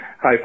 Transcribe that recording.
Hi